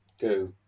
go